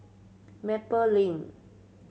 Maple Lane